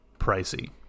pricey